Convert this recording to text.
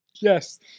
Yes